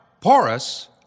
porous